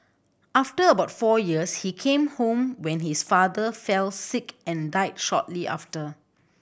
after about four years he came home when his father fell sick and died shortly after